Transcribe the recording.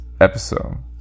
episode